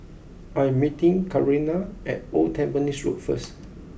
I am meeting Karina at Old Tampines Road first